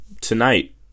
tonight